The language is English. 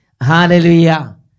Hallelujah